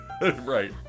Right